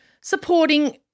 Supporting